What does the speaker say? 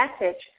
message